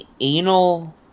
anal